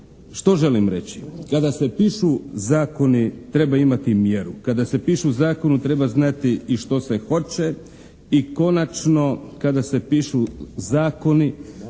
Što želim reći? Kada se pišu zakoni treba imati mjeru. Kada se pišu zakoni treba znati i što se hoće i konačno kada se pišu zakoni